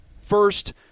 first